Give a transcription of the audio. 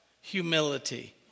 humility